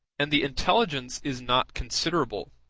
and the intelligence is not considerable,